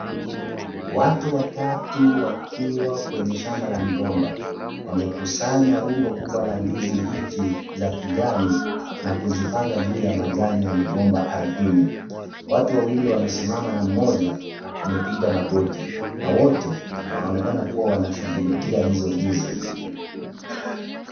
Watu watatu wakiwa kwenye shamba la migomba, wamekusanya rundo kubwa la ndizi mbichi za kijani na kuzipanga juu ya majani ya migomba ardhini watu wawili wamesimama na mmoja amepiga magoti na wote wanaonekana kuwa wanashughulikia hizo ndizi.